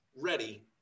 ready